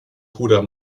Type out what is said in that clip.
bruder